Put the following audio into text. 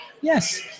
Yes